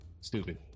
stupid